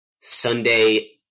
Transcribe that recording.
Sunday